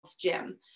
Gym